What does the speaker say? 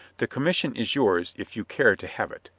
the commission is yours if you care to have it.